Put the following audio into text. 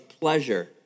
pleasure